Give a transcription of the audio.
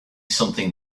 something